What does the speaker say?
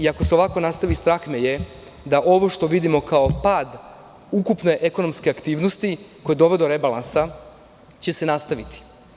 Ako se ovako nastavi, strah me je da ovo što vidimo kao pad ukupne ekonomske aktivnosti, koje dovode do rebalansa, će se nastaviti.